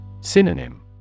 Synonym